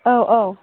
औ औ